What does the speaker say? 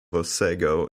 otsego